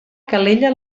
calella